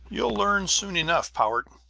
you'll learn soon enough, powart,